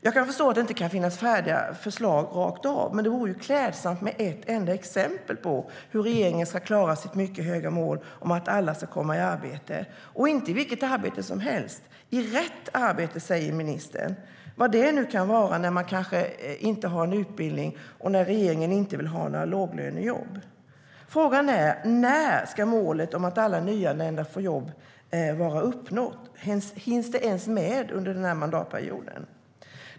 Jag kan förstå att det inte kan finnas färdiga förslag, men det vore ju klädsamt med ett enda exempel på hur regeringen ska klara sitt mycket höga mål om att alla ska komma i arbete, och inte i vilket arbete som helst. Det ska vara rätt arbete, säger ministern, vad det nu kan vara om man inte har någon utbildning och när regeringen inte vill ha några låglönejobb. Frågan är: När ska målet om att alla nyanlända ska få jobb vara uppnått? Hinns det ens med under den här mandatperioden?